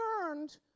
turned